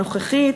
הנוכחית,